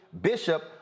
bishop